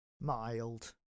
Mild